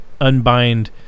unbind